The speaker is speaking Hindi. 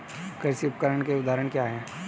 कृषि उपकरण के उदाहरण क्या हैं?